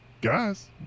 guys